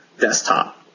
desktop